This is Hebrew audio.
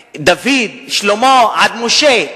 דוד, שלמה, עד משה.